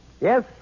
Yes